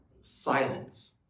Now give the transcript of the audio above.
silence